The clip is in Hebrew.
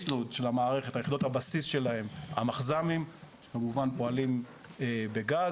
שיחידות הבסיס שלהן, המחז"מים, כמובן פועלים בגז.